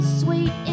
sweet